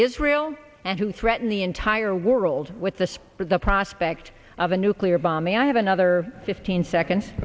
israel and who threaten the entire world with the spoke with the prospect of a nuclear bomb and i have another fifteen seconds